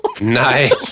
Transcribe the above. Nice